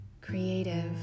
creative